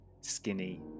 skinny